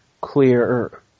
clear